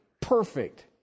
perfect